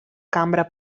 cambra